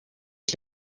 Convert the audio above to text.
que